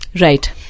right